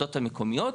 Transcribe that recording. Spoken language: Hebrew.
לוועדות המקומיות,